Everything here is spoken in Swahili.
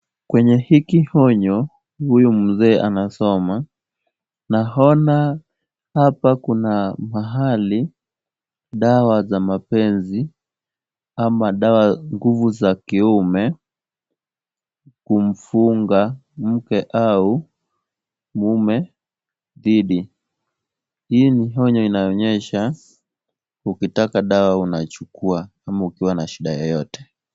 Kwenye hiki onyo huyu mzee anasoma ,naona hapa kuna mahali dawa za mapenzi ama dawa nguvu za kiume ,kumfunga mke au mume dhidi ,hii ni onyo inaonyesha ukitaka dawa unachukua, ama ukiwa na shida yoyote .